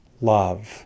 love